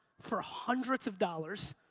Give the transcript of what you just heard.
for hundreds of dollars,